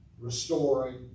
Restoring